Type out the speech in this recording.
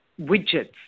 widgets